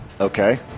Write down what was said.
Okay